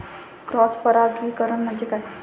Cross परागीकरण म्हणजे काय?